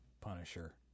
Punisher